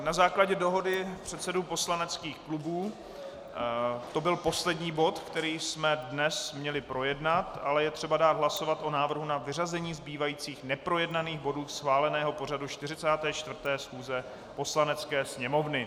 Na základě dohody předsedů poslaneckých klubů to byl poslední bod, který jsme dnes měli projednat, ale je třeba dát hlasovat o návrhu na vyřazení zbývajících neprojednaných bodů schváleného pořadu 44. schůze Poslanecké sněmovny.